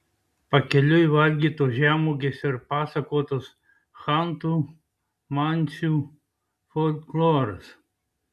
pakeliui valgytos žemuogės ir pasakotas chantų mansių folkloras